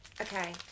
Okay